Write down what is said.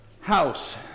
house